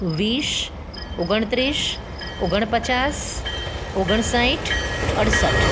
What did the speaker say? વીસ ઓગણત્રીસ ઓગણપચાસ ઓગણસાઠ અડસઠ